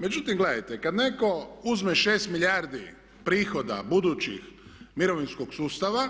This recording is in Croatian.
Međutim gledajte, kad netko uzme 6 milijardi prihoda budućih mirovinskog sustava